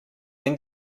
then